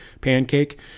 pancake